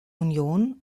union